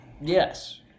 Yes